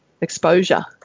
exposure